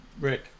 Rick